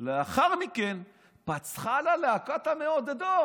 לאחר מכן פצחה לה להקת המעודדות.